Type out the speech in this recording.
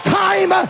time